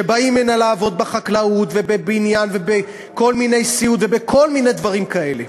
שבאים הנה לעבוד בחקלאות ובבניין ובסיעוד ובכל מיני דברים כאלה.